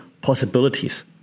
possibilities